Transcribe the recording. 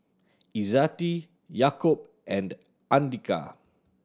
Izzati Yaakob and Andika